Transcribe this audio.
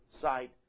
site